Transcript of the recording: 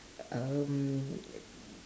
um